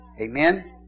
Amen